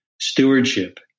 stewardship